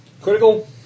Critical